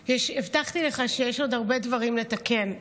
הבטחתי לך שיש עוד הרבה דברים לתקן,